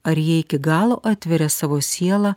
ar jie iki galo atveria savo sielą